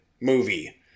movie